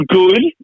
good